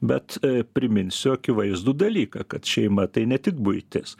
bet priminsiu akivaizdų dalyką kad šeima tai ne tik buitis